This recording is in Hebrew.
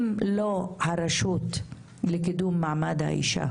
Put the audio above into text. אם לא הרשות לקידום מעמד האישה,